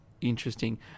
interesting